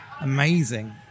amazing